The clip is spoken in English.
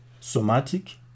somatic